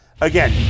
again